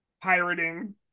pirating